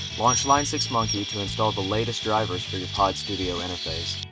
launch line six monkey to install the latest drivers for your pod studio interface.